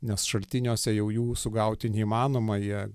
nes šaltiniuose jau jų sugauti neįmanoma jie